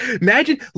Imagine –